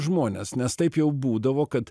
žmones nes taip jau būdavo kad